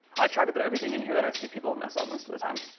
i tried to put everything in here that i see people mess up most of the time.